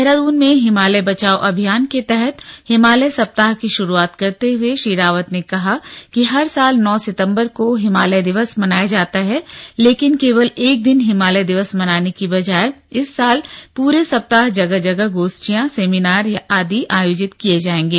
देहरादून में हिमालय बचाओ अभियान के तहत हिमालय सप्ताह की शुरुआत करते हुए श्री रावत ने कहा कि हर साल नौ सितंबर को हिमालय दिवस मनाया जाता है लेकिन केवल एक दिन हिमालय दिवस मनाने की बजाय इस साल पूरे सप्ताह जगह जगह गोष्ठियां सेमिनार आदि आयोजित किये जाएंगे